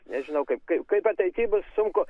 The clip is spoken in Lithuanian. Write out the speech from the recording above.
nežinau kaip kaip kaip ateity bus sunku